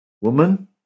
Woman